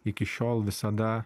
iki šiol visada